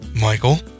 Michael